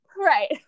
Right